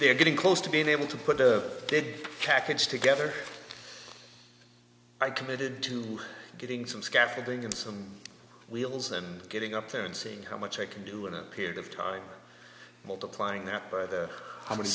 they're getting close to being able to put a good cac it's together i committed to getting some scaffolding and some wheels and getting up there and seeing how much i can do in a period of time multiplying that by the how many